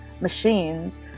machines